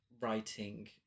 writing